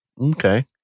Okay